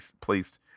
placed